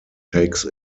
takes